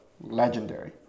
Legendary